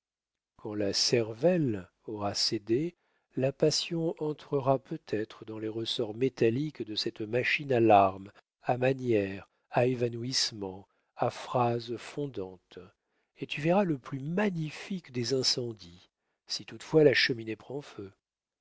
quand la cervelle aura cédé la passion entrera peut-être dans les ressorts métalliques de cette machine à larmes à manières à évanouissements à phrases fondantes et tu verras le plus magnifique des incendies si toutefois la cheminée prend feu